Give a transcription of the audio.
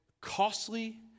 costly